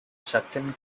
sutton